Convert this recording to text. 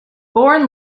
bourne